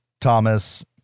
thomas